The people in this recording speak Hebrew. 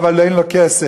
אבל אין לו כסף,